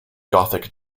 gothic